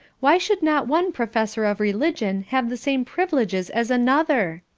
why should not one professor of religion have the same privileges as another?